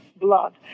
blood